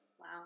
Wow